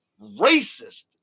racist